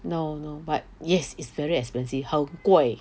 no no but yes is very expensive 好贵